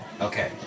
Okay